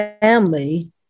family